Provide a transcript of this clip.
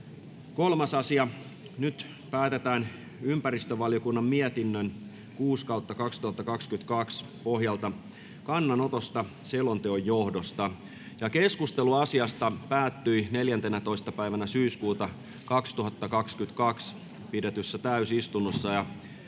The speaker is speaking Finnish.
3. asia. Nyt päätetään ympäristövaliokunnan mietinnön YmVM 6/2022 vp pohjalta kannanotosta selonteon johdosta. Keskustelu asiasta päättyi 14.9.2022 pidetyssä täysistunnossa.